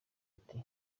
ati